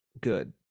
good